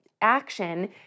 action